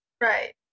Right